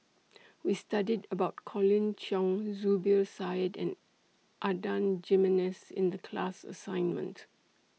We studied about Colin Cheong Zubir Said and Adan Jimenez in The class assignment